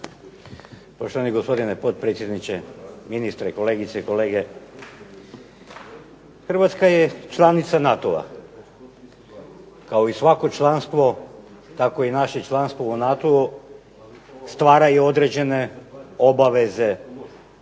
Poštovani gospodine potpredsjedniče, ministre, kolegice i kolege. Hrvatska je članica NATO-a. Kao i svako članstvo, tako i naše članstvo u NATO-u stvara i određene obaveze